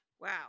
Wow